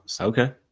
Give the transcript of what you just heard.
Okay